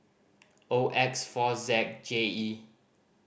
O X four Z J E